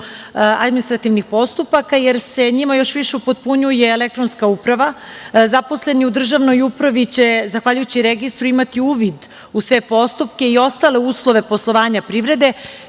administrativnih postupaka, jer se njima još više upotpunjuje elektronska uprava. Zaposleni u državnoj upravi će zahvaljujući registru imati uvid u sve postupke i ostale uslove poslovanja privrede,